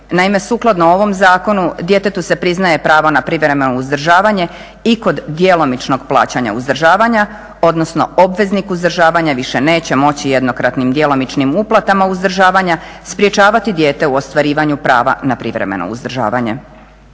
Naime, sukladno ovom zakonu djetetu se priznaje pravo na privremeno uzdržavanje i kod djelomičnog plaćanja uzdržavanja odnosno obveznik uzdržavanja više neće moći jednokratnim djelomičnim uplatama uzdržavanja sprječavati dijete u ostvarivanju prava na privremeno uzdržavanje.